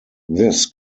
this